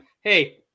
Hey